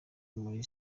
muri